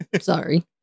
Sorry